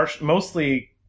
mostly